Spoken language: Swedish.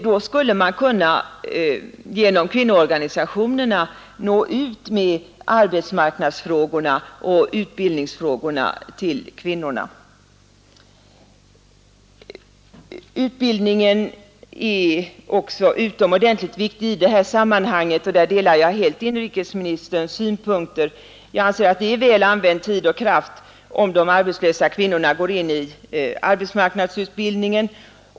Då skulle man genom kvinnoorganisationerna kunna nå ut med arbetsmarknadsfrågorna och utbildningsfrågorna till kvinnorna. Utbildningen är också utomordentligt viktig i det här sammanhanget; därvidlag delar jag inrikesministerns uppfattning. Jag anser att det är väl använd tid och kraft om de arbetslösa kvinnorna går in i arbetsmarknadsutbildningen.